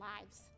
lives